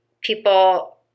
people